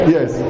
Yes